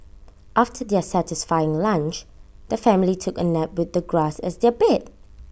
after their satisfying lunch the family took A nap with the grass as their bed